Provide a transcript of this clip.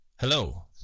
hello